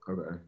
Okay